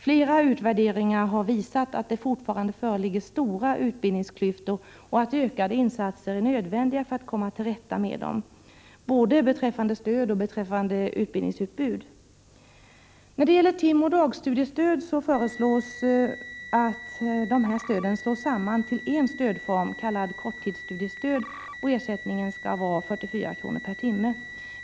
Flera utvärderingar har visat att det fortfarande föreligger stora utbildningsklyftor och att ökade insatser är nödvändiga för att man skall komma till rätta med dem, både beträffande stöd och beträffande utbildningsutbud. Timoch dagstudiestöden föreslås slås samman till en stödform kallad korttidsstudiestöd. Ersättningen skall vara 44 kr. per timme.